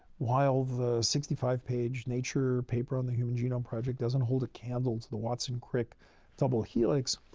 while the sixty five page nature paper on the human genome project doesn't hold a candle to the watson crick double helix,